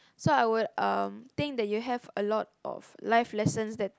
so I would um think that you have a lot of life lessons that